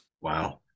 Wow